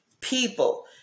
people